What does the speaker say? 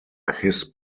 his